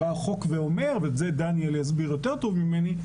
בא החוק ואומר ואת זה דניאל יסביר יותר טוב ממני.